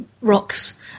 rocks